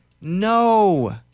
No